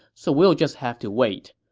so we'll just have to wait.